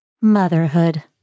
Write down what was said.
Motherhood